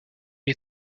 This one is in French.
est